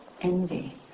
envy